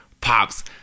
pops